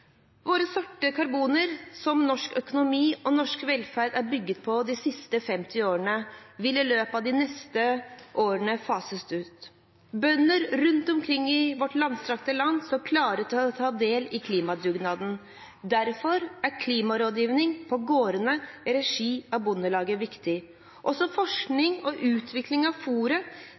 Våre sorte karboner, som norsk økonomi og norsk velferd har vært bygget på de siste 50 årene, vil i løpet av de neste årene fases ut. Bønder rundt omkring i vårt langstrakte land står klare til å ta del i klimadugnaden. Derfor er klimarådgivning på gårdene i regi av Bondelaget viktig. Også forskning på og utvikling av